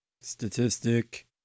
statistic